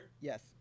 Yes